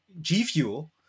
G-Fuel